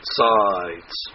sides